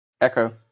Echo